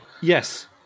Yes